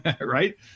right